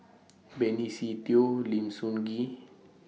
Benny Se Teo Lim Soo Ngee